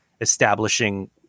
establishing